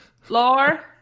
floor